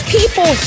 people